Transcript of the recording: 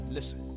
Listen